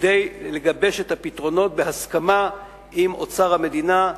כדי לגבש את הפתרונות בהסכמה עם אוצר המדינה,